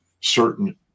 Certain